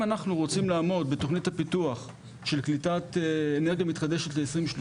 אם אנחנו רוצים לעמוד בתכנית הפיתוח של קליטת אנרגיה מתחדשת ל-2030,